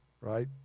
right